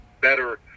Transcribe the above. better